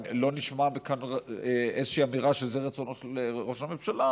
לא נשמעה כאן איזושהי אמירה שזה רצונו של ראש הממשלה,